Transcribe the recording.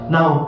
Now